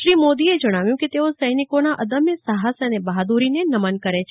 શ્રી મોદીએ જજ્જાવ્યું કેતેઓ સૈનિકોના અદમ્ય સાહસ અને બહાદુરીને નમન કરે છે